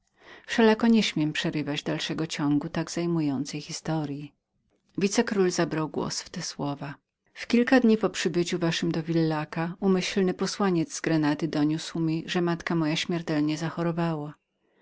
wszelako nie śmiem przerywać dalszego ciągu tak zajmującej historyi wicekról zebrał głos w te słowa w kilka dni po przybyciu waszem do villaca umyślny posłaniec z grenady doniósł mi że matka moja śmiertelnie zachorowała